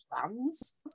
plans